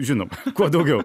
žinoma kuo daugiau